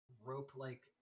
rope-like